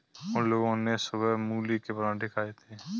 उन लोगो ने सुबह मूली के पराठे खाए थे